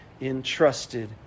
entrusted